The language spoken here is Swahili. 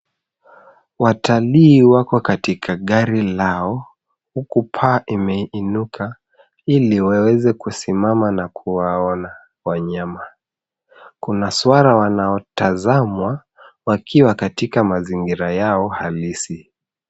Watalii wako katika gari lao huku paa imeinuka ili waweze kusimama na kuwaona wanyama. Kuna suara wanaotazama wakiwa katika mazingira yao halisi.